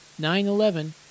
9-11